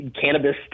cannabis